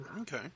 Okay